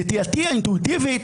נטייתי האינטואיטיבית,